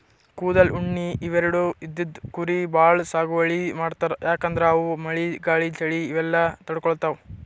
ಕೂದಲ್, ಉಣ್ಣಿ ಇವೆರಡು ಇದ್ದಿದ್ ಕುರಿ ಭಾಳ್ ಸಾಗುವಳಿ ಮಾಡ್ತರ್ ಯಾಕಂದ್ರ ಅವು ಮಳಿ ಗಾಳಿ ಚಳಿ ಇವೆಲ್ಲ ತಡ್ಕೊತಾವ್